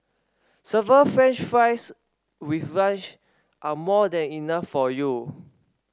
seven french fries with lunch are more than enough for you